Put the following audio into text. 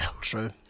true